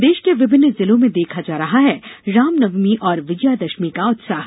प्रदेश के विभिन्न जिलों में देखा जा रहा है रामनवमी और विजयादशमी का उत्साह